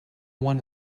one